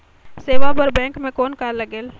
सेवा बर बैंक मे कौन का लगेल?